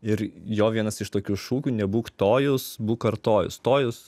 ir jo vienas iš tokių šūkių nebūk tojus būk artojus tojus